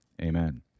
Amen